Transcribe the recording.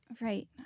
Right